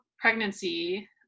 pregnancy